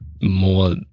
more